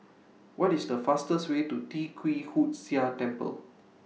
What IS The fastest Way to Tee Kwee Hood Sia Temple